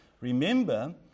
Remember